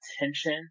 attention